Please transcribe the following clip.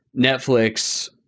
Netflix